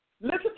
Listen